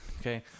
Okay